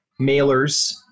mailers